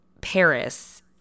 Paris